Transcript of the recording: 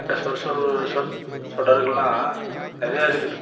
என்ற சொட் சொரு சொற் சொடர்கள்லாம் நிறையா இருக்குது